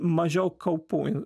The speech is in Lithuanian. mažiau kaupu